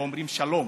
לא אומרים "שלום".